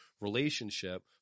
relationship